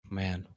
man